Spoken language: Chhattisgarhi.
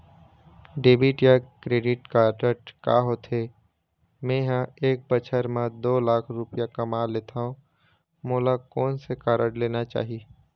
डेबिट या क्रेडिट कारड का होथे, मे ह एक बछर म दो लाख रुपया कमा लेथव मोला कोन से कारड लेना चाही?